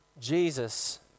Jesus